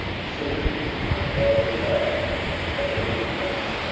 salute my well-beloved epaenetus,